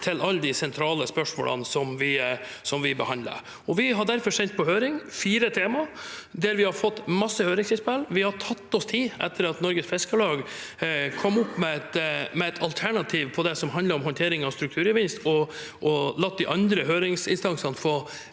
til alle de sentrale spørsmålene som vi behandler. Vi har derfor sendt fire temaer på høring, og vi har fått masse høringsinnspill. Vi har tatt oss tid, etter at Norges Fiskarlag kom med et alternativ til det som handler om håndtering av strukturgevinst, og latt de andre høringsinstansene få